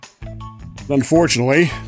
unfortunately